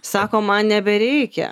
sako man nebereikia